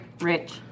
rich